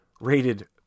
rated